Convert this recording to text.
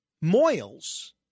moils